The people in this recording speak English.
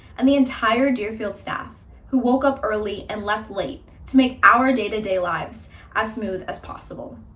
and the entire deerfield staff, who woke up early and left late to make our day to day lives as smooth as possible.